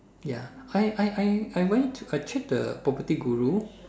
ya I I I I went I check the property guru